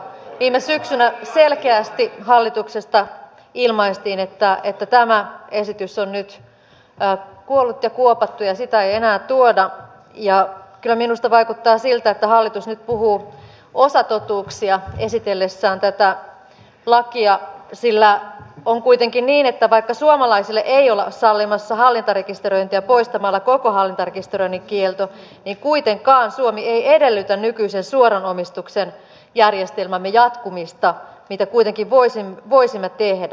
viime syksynä selkeästi hallituksesta ilmaistiin että tämä esitys on nyt kuollut ja kuopattu ja sitä ei enää tuoda ja kyllä minusta vaikuttaa siltä että hallitus nyt puhuu osatotuuksia esitellessään tätä lakia sillä on kuitenkin niin että vaikka suomalaisille ei olla sallimassa hallintarekisteröintiä poistamalla koko hallintarekisteröinnin kielto niin kuitenkaan suomi ei edellytä nykyisen suoran omistuksen järjestelmämme jatkumista minkä kuitenkin voisimme tehdä